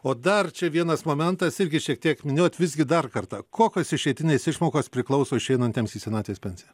o dar čia vienas momentas irgi šiek tiek minėjot visgi dar kartą kokios išeitinės išmokos priklauso išeinantiems į senatvės pensiją